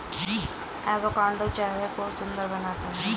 avocado चेहरे को सुंदर बनाता है